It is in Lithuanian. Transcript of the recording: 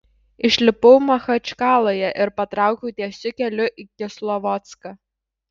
išlipau machačkaloje ir patraukiau tiesiu keliu į kislovodską